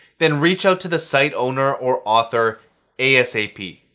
then reach out to the site owner or author asap.